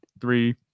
three